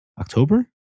October